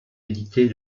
éditées